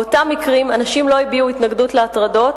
באותם מקרים הנשים לא הביעו התנגדות להטרדות,